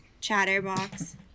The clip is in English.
chatterbox